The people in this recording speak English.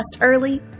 early